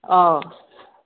ꯑꯣ